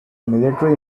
military